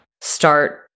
start